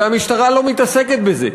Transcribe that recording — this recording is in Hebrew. הרי המשטרה לא מתעסקת בזה.